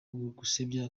gukabya